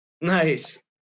Nice